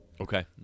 Okay